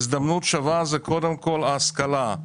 הזדמנות שווה היא קודם כל השכלה.